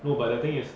no but the thing is